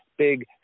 Big